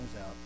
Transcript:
out